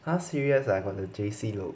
!huh! serious ah I got the J_C look